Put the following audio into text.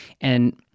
And-